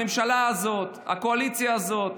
הממשלה הזאת, הקואליציה הזאת,